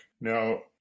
Now